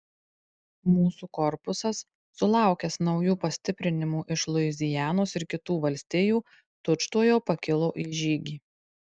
mūsų korpusas sulaukęs naujų pastiprinimų iš luizianos ir kitų valstijų tučtuojau pakilo į žygį